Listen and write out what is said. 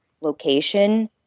location